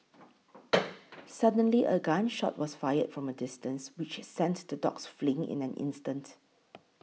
suddenly a gun shot was fired from a distance which sent the dogs fleeing in an instant